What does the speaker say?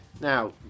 Now